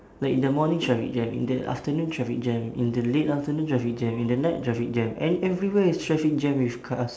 like in the morning traffic jam in the afternoon traffic jam in the late afternoon traffic jam in the night traffic jam and everywhere is traffic jam with cars